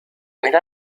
إلى